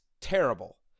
terrible